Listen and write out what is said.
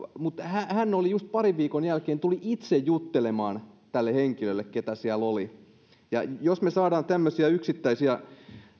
mutta hän hän just parin viikon jälkeen tuli itse juttelemaan tälle henkilölle joka siellä oli jos me saamme tämmöisiä yksittäisiä